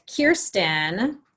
Kirsten